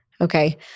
Okay